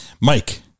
Mike